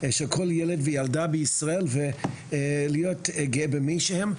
של כל ילד וילדה בישראל ולהיות גאה במי שהם,